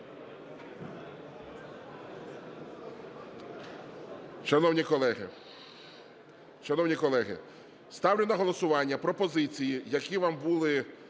Шановні колеги, ставлю на голосування пропозиції, які вам були